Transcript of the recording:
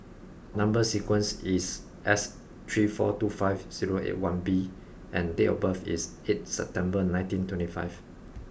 number sequence is S three four two five zero eight one B and date of birth is eighth September nineteen twenty five